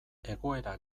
egoera